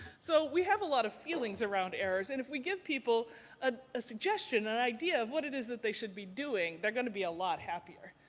so we have a lot of feelings around errors. and if we give people ah a suggestion, an idea of what it is that they should be doing they're gonna be a lot happier.